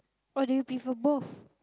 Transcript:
or do you prefer both